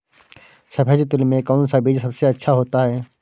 सफेद तिल में कौन सा बीज सबसे अच्छा होता है?